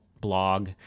blog